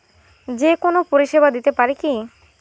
যে কোনো পরিষেবা দিতে পারি কি?